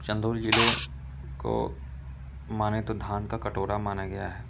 चन्दौली ज़िले को मानें तो धान का कटोरा माना गया है